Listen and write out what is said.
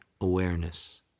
awareness